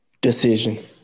decision